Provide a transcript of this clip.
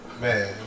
Man